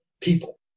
people